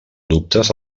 dubtes